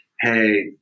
Hey